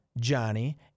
Johnny